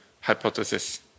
hypothesis